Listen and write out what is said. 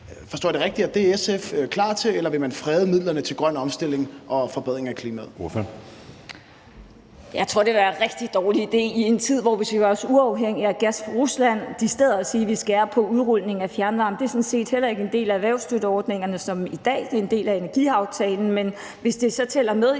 Forstår jeg det rigtigt, at det er SF klar til, eller vil man frede midlerne til grøn omstilling og forbedring af klimaet?